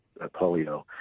polio